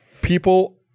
people